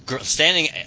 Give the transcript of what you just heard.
standing –